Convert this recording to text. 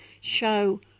show